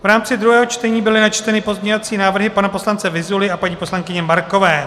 V rámci druhého čtení byly načteny pozměňovací návrhy pana poslance Vyzuly a paní poslankyně Markové.